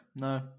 No